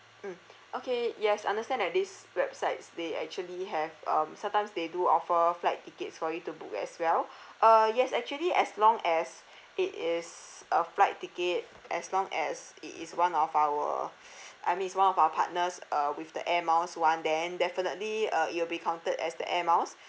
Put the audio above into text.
mm okay yes understand that these websites they actually have um sometimes they do offer flight tickets for you to book as well uh yes actually as long as it is a flight ticket as long as it is one of our I mean it's one of our partners uh with the air miles [one] then definitely uh it will be counted as the air miles